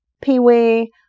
Pee-wee